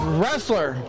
wrestler